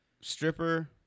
stripper